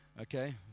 okay